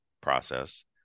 process